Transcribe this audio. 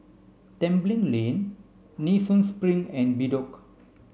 Tembeling Lane Nee Soon Spring and Bedok